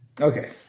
Okay